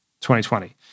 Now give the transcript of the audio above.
2020